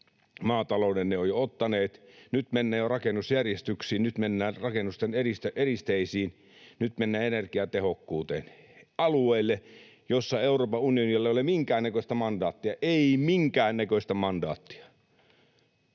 maatalouden he ovat jo ottaneet — ja nyt mennään jo rakennusjärjestyksiin, nyt mennään rakennusten eristeisiin, nyt mennään energiatehokkuuteen, alueille, joilla Euroopan unionilla ei ole minkäännäköistä mandaattia, ei minkäännäköistä mandaattia.